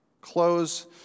close